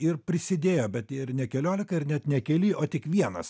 ir prisidėjo bet ir ne keliolika ir net ne keli o tik vienas